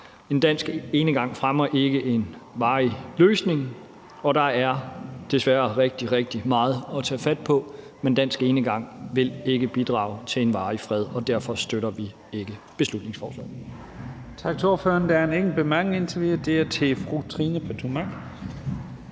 En dansk enegang fremmer ikke en varig løsning. Der er desværre rigtig, rigtig meget at tage fat på, men dansk enegang vil ikke bidrage til en varig i fred, og derfor støtter vi ikke beslutningsforslaget.